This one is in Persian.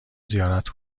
زیارت